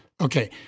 Okay